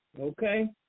Okay